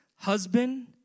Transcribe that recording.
Husband